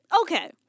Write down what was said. okay